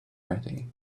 ready